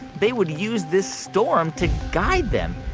they would use this storm to guide them.